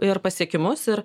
ir pasiekimus ir